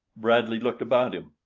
bradley looked about him.